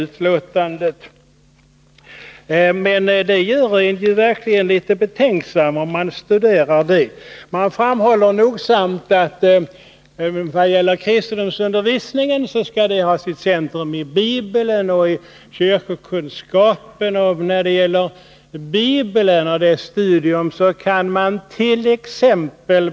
När jag studerar detta utdrag blir jag något betänksam. Det framhålls nogsamt att kristendomsundervisningen skall ha sitt centrum i Bibeln och i kyrkokunskap. I undervisningen skall alltså ingå studier av Bibeln, ”t.ex.